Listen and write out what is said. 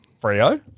Frio